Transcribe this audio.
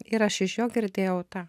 ir aš iš jo girdėjau tą